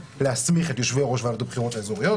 להסמיך את יושבי ראש ועדות הבחירות האזוריות.